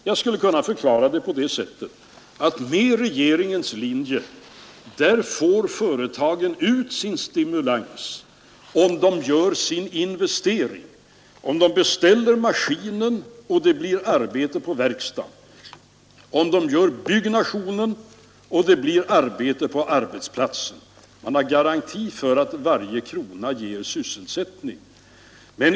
Jag kan förklara det så, att med regeringens linje får företagen ut sin stimulans om de gör sin investering, om de bi iller sin maskin och om det blir arbete på verkstaden, om de utför byggnationen och det blir arbete på arbetsplatsen — alltså vi har garanti för att varje krona skapar sysselsättning.